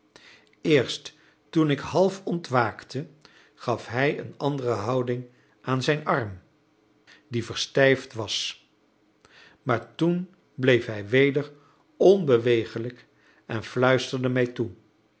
eerst toen ik half ontwaakte gaf hij een andere houding aan zijn arm die verstijfd was maar toen bleef hij weder onbeweeglijk en fluisterde mij toe